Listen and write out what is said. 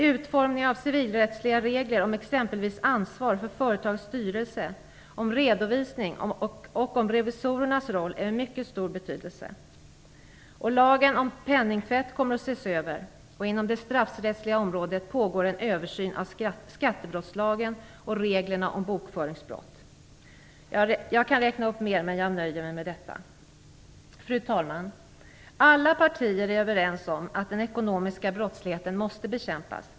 Utformningen av civilrättsliga regler om exempelvis ansvar för företags styrelse, om redovisning och om revisorernas roll är av mycket stor betydelse. Lagen om penningtvätt kommer att ses över. Inom det straffrättsliga området pågår en översyn av skattebrottslagen och reglerna om bokföringsbrott. Jag kan räkna upp flera exempel, men jag nöjer mig med detta. Fru talman! Alla partier är överens om att den ekonomiska brottsligheten måste bekämpas.